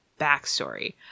backstory